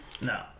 No